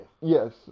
Yes